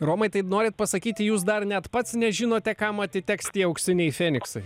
romai tai norit pasakyti jūs dar net pats nežinote kam atiteks tie auksiniai feniksai